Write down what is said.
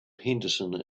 henderson